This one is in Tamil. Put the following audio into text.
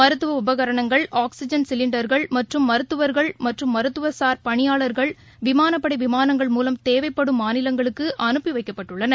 மருத்துவஉபரணங்கள் ஆக்ஸிஜன் சிலிண்டர்கள் மற்றும் மருத்துவர்கள் மற்றும் மருத்துவம்சார் பணியாளர்கள் விமாளப்படைவிமானங்கள் மூலம் தேவைப்படும் மாநிலங்களுக்குஅனுப்பிவைக்கப்பட்டுள்ளனர்